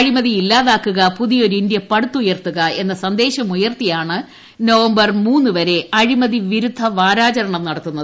അഴിമതി ഇല്ലാതാക്കുക പുതിയൊരു ഇന്ത്യ പടുത്തുയർത്തുക എന്ന സന്ദേശം ഉയർത്തിയാണ് നവംബർ മൂന്നുവരെ അഴിമതി വിരുദ്ധ വാരാചരണം നടത്തുന്നത്